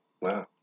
Wow